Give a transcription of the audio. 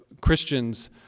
Christians